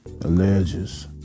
alleges